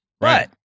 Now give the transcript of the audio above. Right